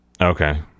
okay